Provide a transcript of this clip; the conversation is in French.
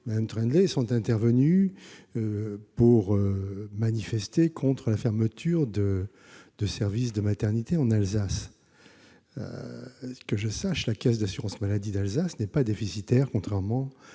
Mme Troendlé ont pris la parole pour protester contre la fermeture de services de maternité en Alsace. Que je sache, la caisse d'assurance maladie d'Alsace n'est pas déficitaire, contrairement à